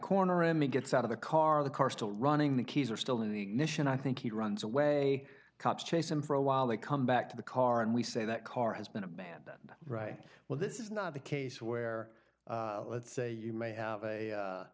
corner emmett gets out of the car the car still running the keys are still in the ignition i think he runs away cops chase him for a while they come back to the car and we say that car has been abandoned right well this is not the case where let's say you may have a